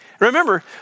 Remember